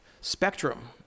spectrum